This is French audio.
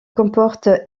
comporte